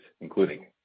including